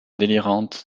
délirantes